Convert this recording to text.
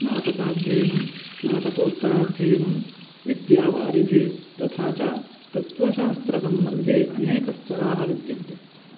स्नातकाध्ययनं स्नातकोत्तराध्ययनं विद्यावारिधिः तथा च तत्त्वशास्त्रसम्बन्धी अनेकस्तराः विद्यन्ते